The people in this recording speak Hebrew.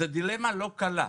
זו דילמה לא קלה.